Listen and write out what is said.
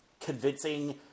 convincing